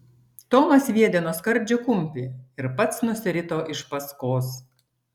tomas sviedė nuo skardžio kumpį ir pats nusirito iš paskos